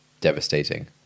devastating